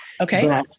okay